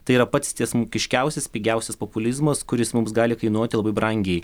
tai yra pats tiesmukiškiausias pigiausias populizmas kuris mums gali kainuoti labai brangiai